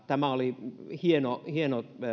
tämä oli hieno